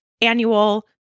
annual